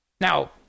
Now